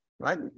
Right